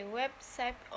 website